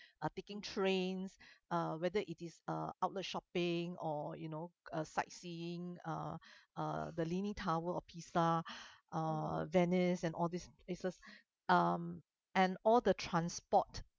uh taking trains uh whether it is uh outlet shopping or you know uh sightseeing uh the leaning tower of pisa uh venice and all these places um and all the transport